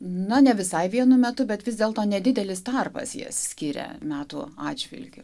na ne visai vienu metu bet vis dėlto nedidelis tarpas jas skiria metų atžvilgiu